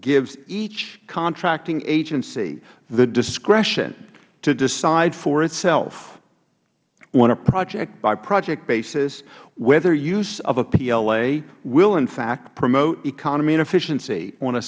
gives each contracting agency the discretion to decide for itself on a project by project basis whether use of a pla will in fact promote economy and efficiency on a